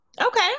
Okay